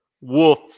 wolf